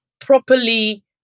properly